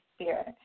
spirit